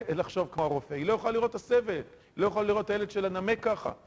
אין לחשוב כמו הרופא, היא לא יכולה לראות את הסבל, היא לא יכולה לראות את הילד שלה נמק ככה.